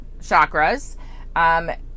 chakras